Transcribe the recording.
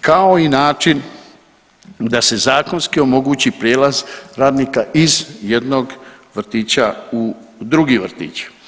kao i način da se zakonski omogući prijelaz radnika iz jednog vrtića u drugi vrtić.